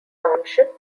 township